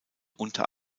unter